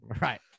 Right